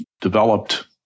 developed